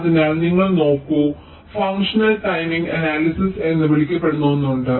അതിനാൽ നിങ്ങൾ നോക്കൂ ഫങ്ക്ഷണൽ ടൈമിംഗ് അനാലിസിസ് എന്ന് വിളിക്കപ്പെടുന്ന ഒന്ന് ഉണ്ട്